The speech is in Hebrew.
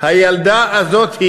הילדה הזאת,